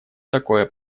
такое